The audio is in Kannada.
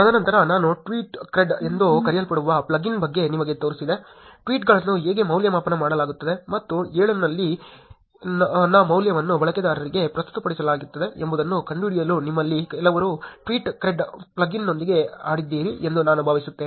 ತದನಂತರ ನಾನು TweetCred ಎಂದು ಕರೆಯಲ್ಪಡುವ ಪ್ಲಗಿನ್ ಬಗ್ಗೆ ನಿಮಗೆ ತೋರಿಸಿದೆ ಟ್ವೀಟ್ಗಳನ್ನು ಹೇಗೆ ಮೌಲ್ಯಮಾಪನ ಮಾಡಲಾಗುತ್ತದೆ ಮತ್ತು 7 ನಲ್ಲಿ x ನ ಮೌಲ್ಯವನ್ನು ಬಳಕೆದಾರರಿಗೆ ಪ್ರಸ್ತುತಪಡಿಸಲಾಗುತ್ತದೆ ಎಂಬುದನ್ನು ಕಂಡುಹಿಡಿಯಲು ನಿಮ್ಮಲ್ಲಿ ಕೆಲವರು ಟ್ವೀಟ್ಕ್ರೆಡ್ ಪ್ಲಗಿನ್ನೊಂದಿಗೆ ಆಡಿದ್ದೀರಿ ಎಂದು ನಾನು ಭಾವಿಸುತ್ತೇನೆ